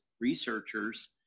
researchers